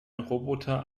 roboter